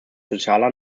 sozialer